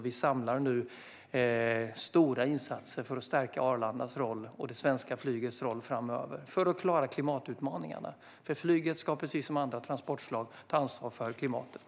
Vi samlar nu stora insatser för att stärka Arlandas roll och det svenska flygets roll framöver för att klara klimatutmaningarna. Flyget ska nämligen precis som andra transportslag ta ansvar för klimatet.